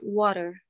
water